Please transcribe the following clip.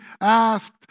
asked